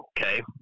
okay